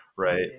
Right